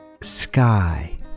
Sky